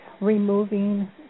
removing